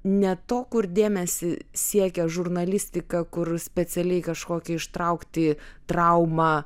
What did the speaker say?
ne to kur dėmesį siekia žurnalistika kur specialiai kažkokį ištraukti traumą